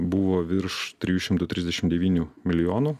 buvo virš trijų šimtų trisdešimt devynių milijonų